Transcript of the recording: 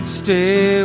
stay